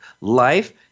Life